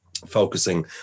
focusing